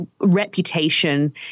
reputation